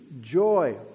joy